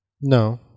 No